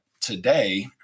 today